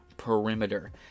perimeter